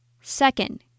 Second